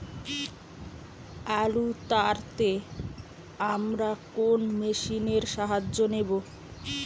আলু তাড়তে আমরা কোন মেশিনের সাহায্য নেব?